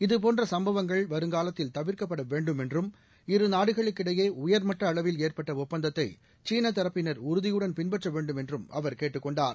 இதபோன்ற சம்பவங்கள் வருங்காலத்தில் தவிர்க்கப்பட வேண்டும் என்றும் இருநாடுகளுக்கு இடையே உயர்மட்ட அளவில் ஏற்பட்ட ஒப்பந்தத்தை சீன தரப்பினர் உறுதியுடன் பின்பற்ற வேன்டும் என்றும் அவர் கேட்டுக் கொண்டார்